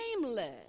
nameless